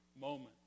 moment